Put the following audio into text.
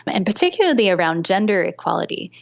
and particularly around gender equality.